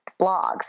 blogs